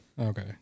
Okay